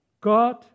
God